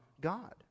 God